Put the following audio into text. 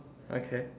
okay